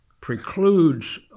precludes